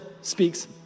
speaks